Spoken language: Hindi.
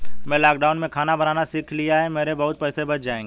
मैंने लॉकडाउन में खाना बनाना सीख लिया है, मेरे बहुत पैसे बच जाएंगे